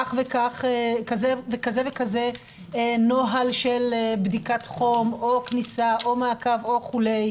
כזה וכזה נוהל של בדיקת חום או כניסה או מעקב וכו',